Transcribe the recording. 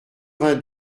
vingt